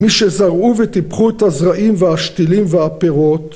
מי שזרעו וטיפחו את הזרעים והשתילים והפירות